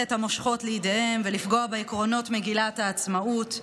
את המושכות לידיהם ולפגוע בעקרונות מגילת העצמאות,